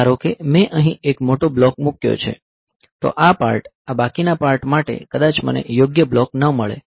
ધારો કે મેં અહીં એક મોટો બ્લોક મૂક્યો છે તો આ પાર્ટ આ બાકીના પાર્ટ માટે કદાચ મને યોગ્ય બ્લોક ન મળે